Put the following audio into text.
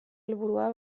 helburua